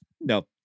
No